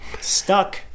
Stuck